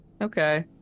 Okay